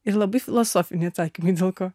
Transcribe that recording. ir labai filosofiniai atsakymai dėl ko